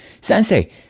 Sensei